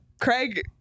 Craig